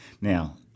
Now